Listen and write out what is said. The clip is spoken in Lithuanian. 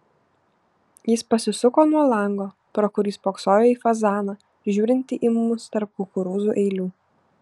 jis pasisuko nuo lango pro kurį spoksojo į fazaną žiūrintį į mus tarp kukurūzų eilių